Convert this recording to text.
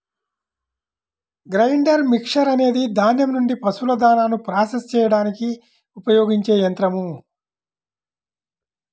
grinder mixer అనేది ధాన్యం నుండి పశువుల దాణాను ప్రాసెస్ చేయడానికి ఉపయోగించే యంత్రం